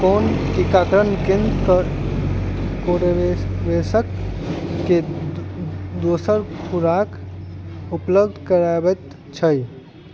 कोन टीकाकरण केन्द्र पर कोरोवेक्सकके दोसर खुराक उपलब्ध कराबैत छै